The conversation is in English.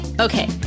Okay